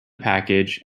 package